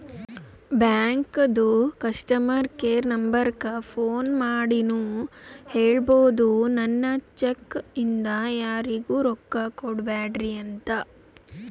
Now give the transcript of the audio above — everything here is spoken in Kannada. ಬ್ಯಾಂಕದು ಕಸ್ಟಮರ್ ಕೇರ್ ನಂಬರಕ್ಕ ಫೋನ್ ಮಾಡಿನೂ ಹೇಳ್ಬೋದು, ನನ್ ಚೆಕ್ ಇಂದ ಯಾರಿಗೂ ರೊಕ್ಕಾ ಕೊಡ್ಬ್ಯಾಡ್ರಿ ಅಂತ